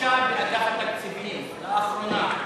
הגישה באגף התקציבים לאחרונה,